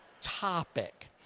topic